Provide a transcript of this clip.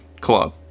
Club